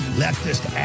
leftist